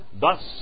thus